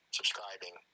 subscribing